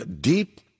deep